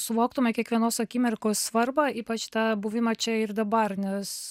suvoktume kiekvienos akimirkos svarbą ypač tą buvimą čia ir dabar nes